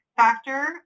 factor